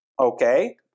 okay